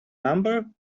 number